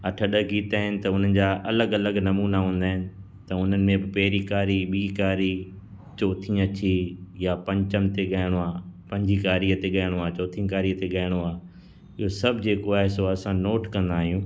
अठ ॾह गीत आहिनि त उन्हनि जा अलॻि अलॻि नमूना हूंदा आहिनि त उन्हनि में पहिरींकारी ॿीकारी चौथी अची या पंचम ते ॻाइणो आहे पंजीकारीअ ते ॻाइणो आहे चौथीकारीअ ते ॻाइणो आहे इहो सभु जेको आहे सो असां नोट कंदा आहियूं